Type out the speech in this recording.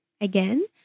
Again